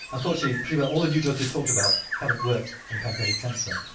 unfortunately pretty well all the new drugs we talked about haven't worked in pancreatic cancer.